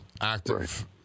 Active